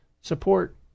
Support